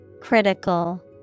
Critical